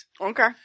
Okay